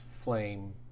flame